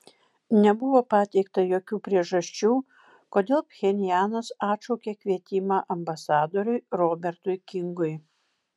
nebuvo pateikta jokių priežasčių kodėl pchenjanas atšaukė kvietimą ambasadoriui robertui kingui